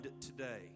today